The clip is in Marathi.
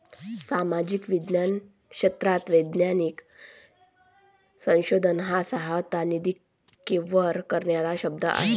सामाजिक विज्ञान क्षेत्रात वैज्ञानिक संशोधन हा सहसा, निधी कव्हर करणारा शब्द आहे